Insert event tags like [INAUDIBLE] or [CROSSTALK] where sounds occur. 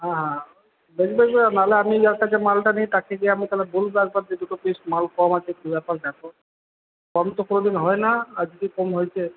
হ্যাঁ হ্যাঁ [UNINTELLIGIBLE] না হলে আমি যার কাছে মালটা নিই তাকে গিয়ে আমি তাহলে বলবো একবার যে দুটো পিস মাল কম আছে কি ব্যাপার দেখো কম তো কোনদিন হয় না আজকে কম হয়েছে